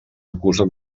acusa